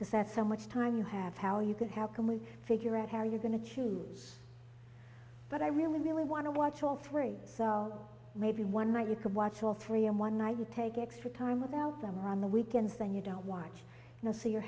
because that's how much time you have how you can how can we figure out how you're going to choose but i really really want to watch all three maybe one night you could watch all three in one night you take extra time without them around the weekends then you don't watch now so you're